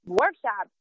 workshop